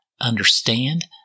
understand